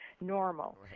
normal